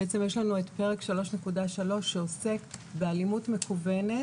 בעצם יש לנו את פרק 3.3 שעוסק באלימות מקוונת